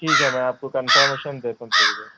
ٹھیک ہے میں آپ کو کنفرمیشن دیتا ہوں تھوڑی دیر میں